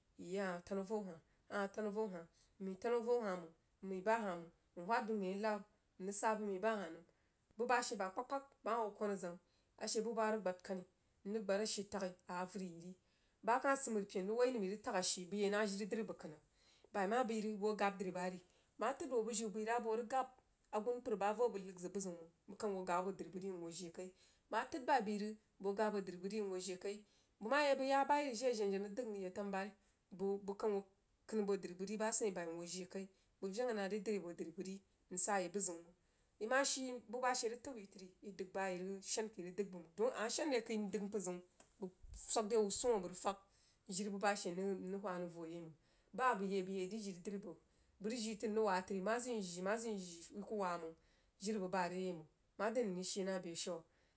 A hah tanu a vou haha ahah tanu avou hah nmai bah hah mang nwhad buh mai alaru mrig sah buh mai bah hah nəm buh bah she abekpag-kpag bəg mah ho kwan a zang a she buh boh rig gbad kani nrig gbah shii-taghi a averi yi ri bah sid məripen rig woí nəm yi rig tag ashi bəg yi nah jiri drí bəg kənrig bai mah bəi rig bəg hou ghab dri bəg bah ri bəg mah təd hou bujiu bəi rig a bəg hoo rig gbab agunpər bah a voh bəg ləd zəg buh zəun mang bəg kang hoo ghab abo dri bəg ri nhoo jie kai bəg mah təd bai bəi rig bəg hoo ghab a boh dri bəg ri nhoo jie kai bəg mah ti abəg yah bai ri jiri a jen-jenah rig dəg mrig yah tanububari bəg bəg kang hoo kən abo dri bəg ri bah asəin bai nhoo jie kai bəg vary nah dri a boh dri bəg ri msah yi baziun mang yi mah shii bubal she rig təu yi tri yi dəg sah a yi rig shan bəg kəi rig dəg mang dong a mah shen re kəi ndəg npər zəun bəg swag re wuh swoh a bəg rig fag jiri buh bah she mrig whah nrig voh yai mang bah abəi yi bəg yi dri jiri kini dree bəg bəg rig jii tri mrig wah tri mah zəm yi jii mah zəm yi kuh wah amang jiri bəg baa a re yai mang made anr rig shii nah beshiu.